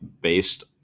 based